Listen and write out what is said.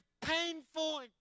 painful